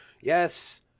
Yes